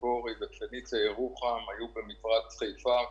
ציפורי ו"פניציה" ירוחם היו במפרץ חיפה,